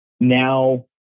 now